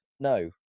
No